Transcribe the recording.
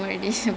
mm